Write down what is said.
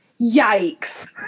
Yikes